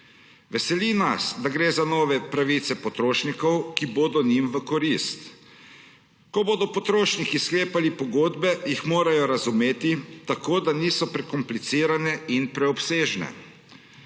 Veseli nas, da gre za nove pravice potrošnikov, ki bodo njim v korist. Ko bodo potrošniki sklepali pogodbe, jih morajo razumeti, tako da niso prekomplicirane in preobsežne.